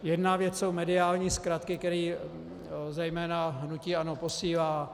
Jedna věc jsou mediální zkratky, které zejména hnutí ANO posílá.